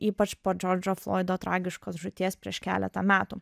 ypač po džordžo floido tragiškos žūties prieš keletą metų